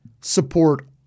support